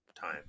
time